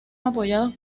apoyados